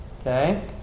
Okay